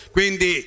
Quindi